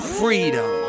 freedom